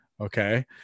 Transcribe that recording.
okay